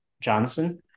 johnson